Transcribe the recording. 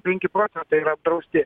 penki procentai yra apdrausti